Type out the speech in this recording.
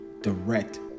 direct